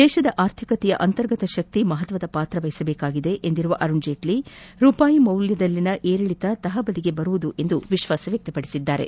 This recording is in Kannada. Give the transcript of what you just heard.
ದೇಶದ ಆರ್ಥಿಕತೆಯ ಅಂತರ್ಗತ ಶಕ್ತಿ ಮಹತ್ವದ ಪಾತ್ರವಹಿಸಬೇಕಾಗಿದೆ ಎಂದಿರುವ ಅರುಣ್ ಜೇಟ್ತಿ ರೂಪಾಯಿ ಮೌಲ್ಯದಲ್ಲಿನ ಏರಿಳಿತ ತಹಬಂದಿಗೆ ಬರುವುದೆಂಬ ವಿಶ್ಲಾಸ ವ್ಯಕ್ತಪಡಿಸಿದರು